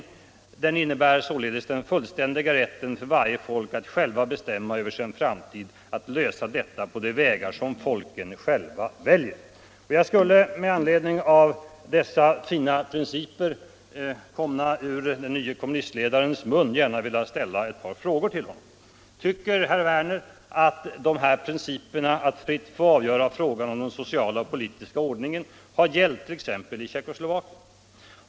Herr Werner fortsatte: ”Den principen innebär således den fullständiga rätten för varje folk att självt bestämma över sin framtid och lösa detta på de vägar som folken själva väljer.” Jag skulle med anledning av dessa fina principer, komna ur den nye kommunistledarens mun, gärna vilja ställa ett par frågor till honom. Tycker herr Werner i Tyresö att den här principen om ”rätt att fritt avgöra frågan om sin sociala och politiska ordning” har gällt t.ex. i Tjeckoslovakien?